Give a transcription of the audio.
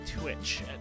twitch